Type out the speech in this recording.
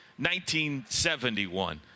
1971